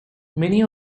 many